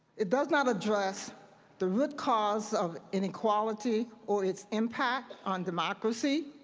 it does not address the root cause of inequality or its impact on democracy.